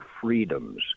freedoms